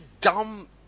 dumb